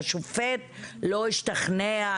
השופט לא השתכנע,